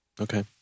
Okay